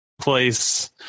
place